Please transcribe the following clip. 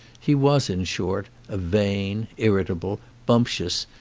he was in short a vain, irritable, bumptious,